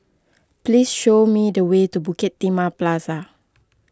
please show me the way to Bukit Timah Plaza